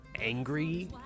angry